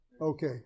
Okay